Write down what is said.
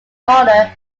order